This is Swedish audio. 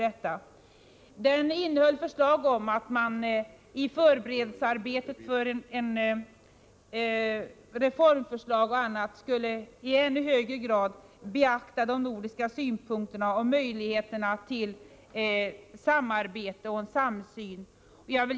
I motionen föreslås att man i förberedelsearbetet med reformförslag och annat i högre grad än hittills skall beakta de nordiska synpunkterna och möjligheterna till samarbete och samsyn.